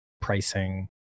pricing